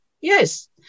yes